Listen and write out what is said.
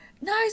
nice